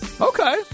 Okay